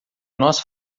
nós